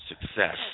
success